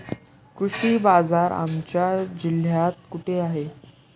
कृषी बाजार आमच्या जिल्ह्यात कुठे आहे?